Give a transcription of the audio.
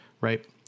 right